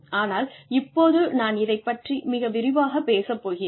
ஆனால் இப்போது நான் இதைப் பற்றி மிக விரிவாகப் பேசப் போகிறேன்